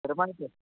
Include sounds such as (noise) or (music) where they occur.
(unintelligible)